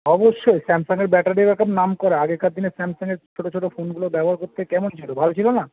অবশ্যই স্যামসাংয়ের battery backup নাম করা আগেকার দিনে স্যামসংয়ের ছোটো ছোটো ফোনগুলো ব্যবহার করতে কেমন ছিলো ভালো ছিলো না